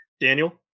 Daniel